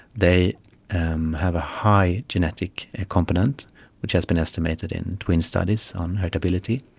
they have a high genetic component which has been estimated in twin studies on heritability.